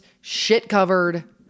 shit-covered